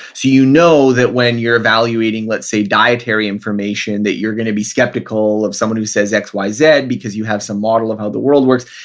you know that when you're evaluating, let's say, dietary information that you're going to be skeptical of someone who says x y zed because you have some model of how the world works.